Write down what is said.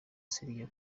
syria